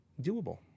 doable